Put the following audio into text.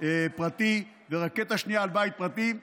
פרטי ורקטה שנייה על בית פרטי,